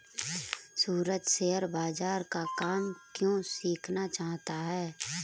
सूरज share बाजार का काम क्यों सीखना चाहता है?